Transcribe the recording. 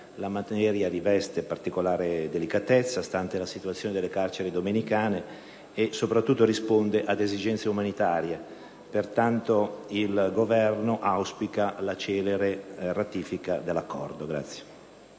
la materia riveste particolare delicatezza, stante la situazione delle carceri domenicane; soprattutto l'Accordo risponde ad esigenze umanitarie. Pertanto, il Governo auspica la celere ratifica dell'Accordo.